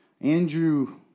Andrew